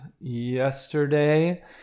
yesterday